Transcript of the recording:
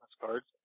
cards